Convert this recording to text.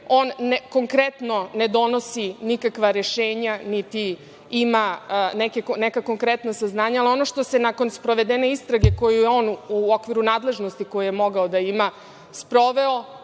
On konkretno ne donosi nikakva rešenja, niti ima neka konkretna saznanja, ali ono što se nakon sprovedene istrage, koju je on u okviru nadležnosti koje je mogao da ima sproveo,